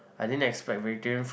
I didn't expect vegetarian